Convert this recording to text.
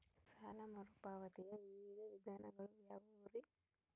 ಸಾಲ ಮರುಪಾವತಿಯ ವಿವಿಧ ವಿಧಾನಗಳು ಯಾವ್ಯಾವುರಿ?